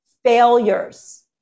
failures